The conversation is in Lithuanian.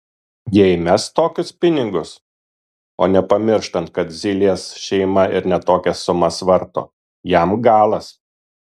jei mes tokius pinigus o nepamirštant kad zylės šeima ir ne tokias sumas varto jam galas